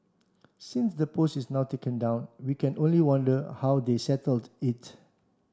since the post is now taken down we can only wonder how they settled it